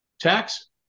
Tax